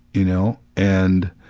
you know? and.